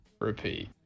repeat